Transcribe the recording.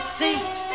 seat